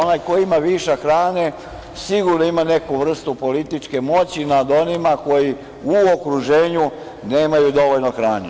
Onaj koji ima višak hrane sigurno ima neku vrstu političke moći nad onima koji u okruženju nemaju dovoljno hrane.